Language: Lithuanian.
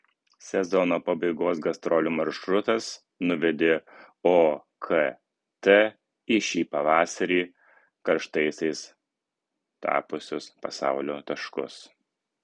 sezono pabaigos gastrolių maršrutas nuvedė okt į šį pavasarį karštaisiais tapusius pasaulio taškus